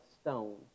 stone